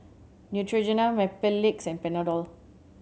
Neutrogena Mepilex and Panadol